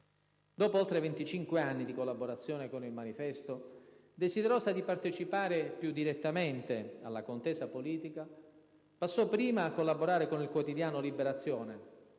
Dopo oltre 25 anni di collaborazione con «il manifesto», desiderosa di partecipare più direttamente alla contesa politica, passò prima a collaborare con il quotidiano "Liberazione",